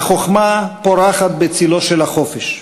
החוכמה פורחת בצלו של החופש.